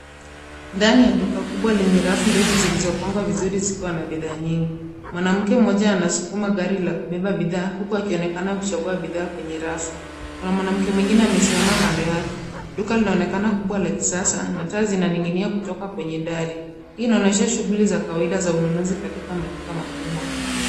Ndani ya duka kubwa lenye rafu ndefu zilizopangwa vizuri zikiwa na bidhaa nyingi. Mwanamke mmoja anasukuma gari la kubeba bidhaa huku akionekana kichagua bidhaa kwenye rafu. Kuna mwanamke mwengine amesimama kando yake. Duka linaonekana kubwa la kisasa na taa zinaning'inia kutoka kwenye dari. Hii inaonesha shughuli za kawaida za ununuzi katika maduka makubwa.